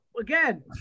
Again